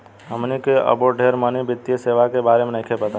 हमनी के अबो ढेर मनी वित्तीय सेवा के बारे में नइखे पता